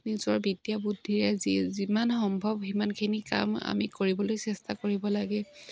নিজৰ বিদ্যা বুদ্ধিৰে যি যিমান সম্ভৱ সিমানখিনি কাম আমি কৰিবলৈ চেষ্টা কৰিব লাগে